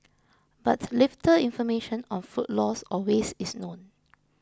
but little information on food loss or waste is known